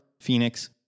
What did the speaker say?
Phoenix